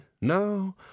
No